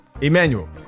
Emmanuel